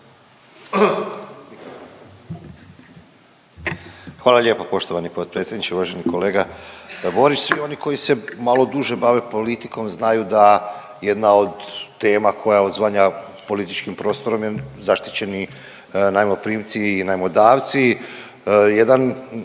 Hvala lijepa poštovani potpredsjedniče, uvaženi kolega Borić. Svi oni koji se malo duže bave politikom znaju da jedna od tema koja odzvanja političkim prostorom je zaštićeni najmoprimci i najmodavci. Jedan